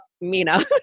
Mina